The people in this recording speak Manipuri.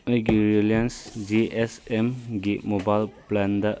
ꯑꯩꯒꯤ ꯔꯤꯂꯥꯏꯟꯁ ꯖꯤ ꯑꯦꯁ ꯑꯦꯝꯒꯤ ꯃꯣꯕꯥꯏꯜ ꯄ꯭ꯂꯥꯟꯗ